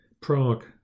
Prague